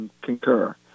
concur